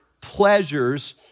pleasures